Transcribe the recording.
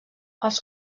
els